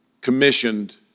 commissioned